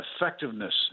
effectiveness